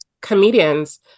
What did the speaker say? comedians